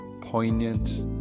poignant